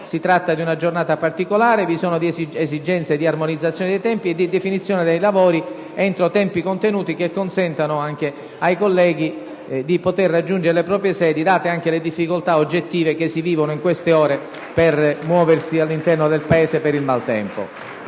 Si tratta di una giornata particolare: vi sono esigenze di armonizzazione dei tempi e di definizione dei lavori entro tempi contenuti che consentano anche ai colleghi di raggiungere le proprie sedi, date le difficoltà oggettive che si vivono in queste ore per muoversi all'interno del Paese a causa del maltempo.